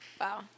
Wow